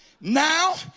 Now